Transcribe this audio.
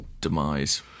demise